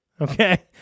okay